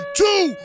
two